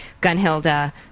Gunhilda